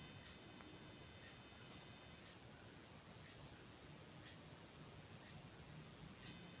एकरो गाछ एगो सलाना घासो के गाछ छै